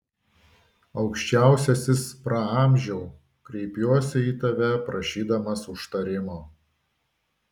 aukščiausiasis praamžiau kreipiuosi į tave prašydamas užtarimo